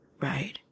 right